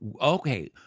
okay